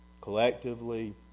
collectively